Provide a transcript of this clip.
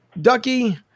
Ducky